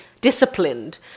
disciplined